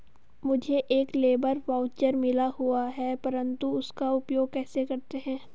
मुझे एक labour voucher मिला हुआ है परंतु उसका उपयोग कैसे करते हैं?